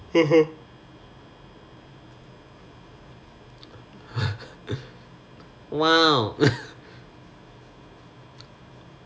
(uh huh) !wow!